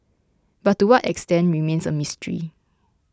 but to what extent remains a mystery